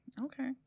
Okay